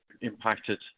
impacted